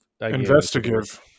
investigative